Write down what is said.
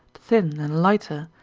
thin, and lighter,